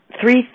Three